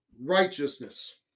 righteousness